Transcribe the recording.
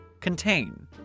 Contain